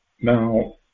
Now